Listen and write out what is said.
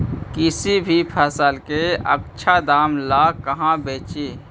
किसी भी फसल के आछा दाम ला कहा बेची?